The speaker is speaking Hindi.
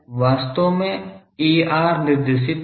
तब यह वास्तव में ar निर्देशित था